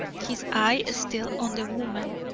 his eye still on the woman.